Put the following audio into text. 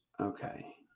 Okay